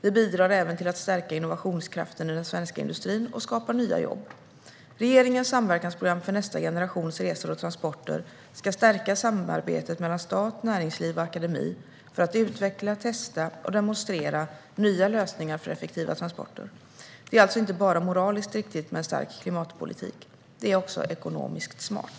Det bidrar även till att stärka innovationskraften i den svenska industrin och skapar nya jobb. Regeringens samverkansprogram för nästa generations resor och transporter ska stärka samarbetet mellan stat, näringsliv och akademi för att utveckla, testa och demonstrera nya lösningar för effektiva transporter. Det är alltså inte bara moraliskt riktigt med en stark klimatpolitik - det är också ekonomiskt smart.